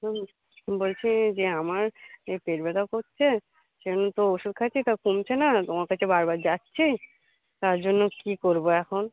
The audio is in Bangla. হ্যাঁ বলছি যে আমার এই পেট ব্যাথা করছে সে জন্য তো ওষুধ খাচ্ছি তা কমছে না তোমার কাছে বারবার যাচ্ছি তার জন্য কী করব এখন